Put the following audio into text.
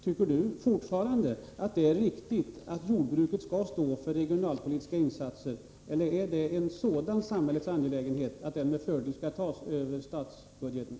Tycker Åke Selberg fortfarande att det är riktigt att jordbruket skall stå för regionalpolitiska insatser, eller är det en sådan samhällets angelägenhet att dessa pengar med fördel skall tas via statsbudgeten?